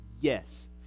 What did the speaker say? Yes